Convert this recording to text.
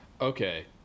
Okay